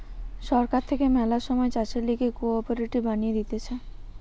সরকার থাকে ম্যালা সময় চাষের লিগে কোঅপারেটিভ বানিয়ে দিতেছে